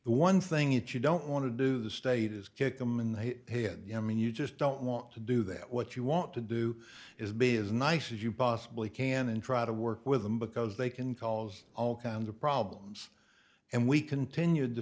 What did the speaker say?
the one thing it you don't want to do the state is kick them in the head you know i mean you just don't want to do that what you want to do is be as nice as you possibly can and try to work with them because they can cause all kinds of problems and we continue